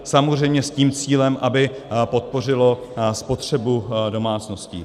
Samozřejmě s tím cílem, aby podpořilo spotřebu domácností.